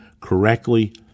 correctly